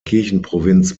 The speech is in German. kirchenprovinz